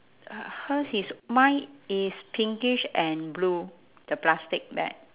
hers is mine is pinkish and blue the plastic bag